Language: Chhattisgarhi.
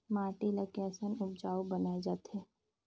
माटी ला कैसन उपजाऊ बनाय जाथे?